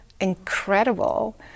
incredible